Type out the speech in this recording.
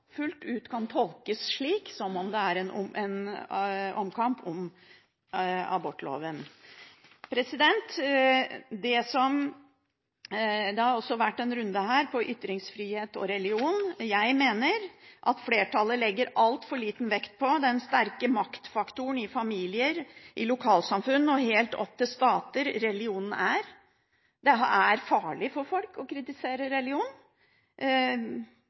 fullt ut kan tolkes som at det er en omkamp om abortloven. Det har også vært en runde her om ytringsfrihet og religion. Jeg mener at flertallet legger altfor liten vekt på den sterke maktfaktoren religionen er, i familier, i lokalsamfunn og helt opp til stater. Det er farlig for folk å kritisere religion